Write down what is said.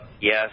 Yes